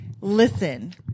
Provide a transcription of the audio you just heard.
Listen